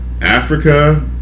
Africa